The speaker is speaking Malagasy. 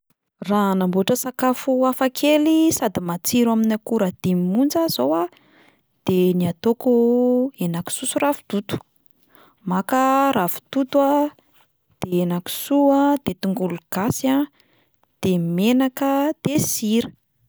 Raha hanamboatra sakafo hafakely sady matsiro amin'ny akora dimy monja aho zao a, de ny ataoko henan-kisoa sy ravitoto, maka ravitoto a, de henan-kisoa, de tongolo gasy a, de menaka, de sira.